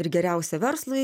ir geriausia verslui